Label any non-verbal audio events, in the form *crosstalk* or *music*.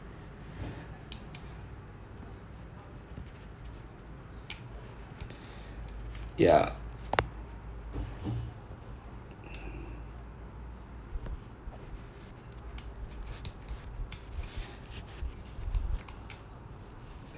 *breath* ya